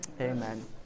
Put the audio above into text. Amen